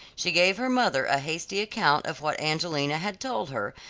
she gave her mother a hasty account of what angelina had told her,